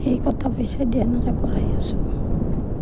সেই টকা পইচাদি এনেকৈ পঢ়াই আছোঁ